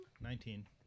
Nineteen